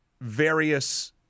various